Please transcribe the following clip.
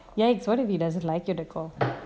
ya what what if he doesn't like it at all